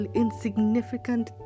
insignificant